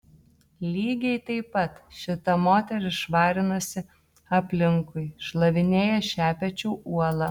lygiai taip pat šita moteris švarinasi aplinkui šlavinėja šepečiu uolą